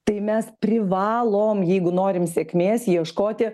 tai mes privalom jeigu norim sėkmės ieškoti